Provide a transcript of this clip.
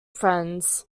friends